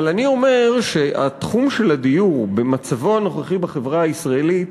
אבל אני אומר שהתחום של הדיור במצבו הנוכחי בחברה הישראלית